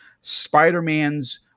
Spider-Man's